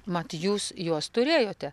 mat jūs juos turėjote